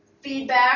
feedback